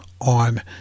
on